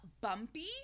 bumpy